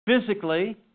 Physically